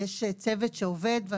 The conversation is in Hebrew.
יש צוות שעובד.